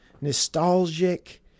nostalgic